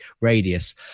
radius